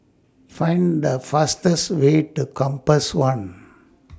Find The fastest Way to Compass one